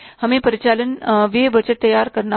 हमें परिचालन व्यय बजट तैयार करना होगा